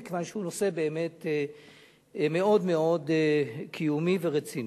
מכיוון שהוא באמת נושא מאוד מאוד קיומי ורציני.